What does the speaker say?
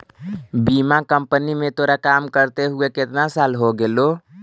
बीमा कंपनी में तोरा काम करते हुए केतना साल हो गेलो